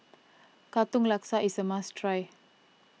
Katong Laksa is a must try